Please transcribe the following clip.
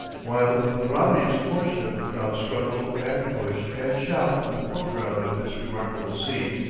while the rowdiest portion of the crowd struggle and push and shout in the foreground of this remarkable scene,